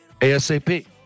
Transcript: ASAP